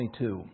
22